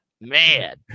man